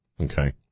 Okay